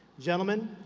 gentlemen,